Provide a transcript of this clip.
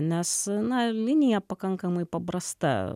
nes na linija pakankamai paprasta